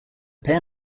pair